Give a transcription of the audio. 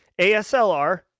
aslr